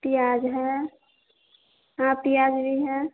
प्याज है हाँ प्याज भी है